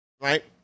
right